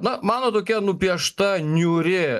na mano tokia nupiešta niūri